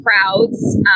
crowds